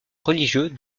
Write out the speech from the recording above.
religieux